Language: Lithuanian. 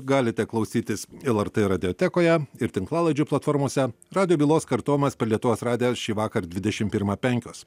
galite klausytis lrt radiotekoje ir tinklalaidžių platformose radijo bylos kartojimas per lietuvos radiją šįvakar dvidešim pirmą penkios